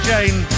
Jane